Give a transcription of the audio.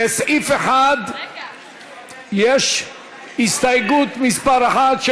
לסעיף 1 יש הסתייגות מס' 1,